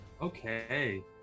Okay